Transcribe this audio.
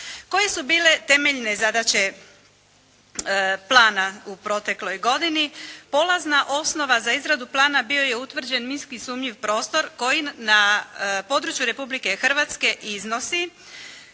Koje su bile temeljne zadaće plana u protekloj godini? Polazna osnova za izradu plana bio je utvrđen minski sumnjiv prostor koji na području Republike Hrvatske iznosi